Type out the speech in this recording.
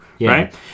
right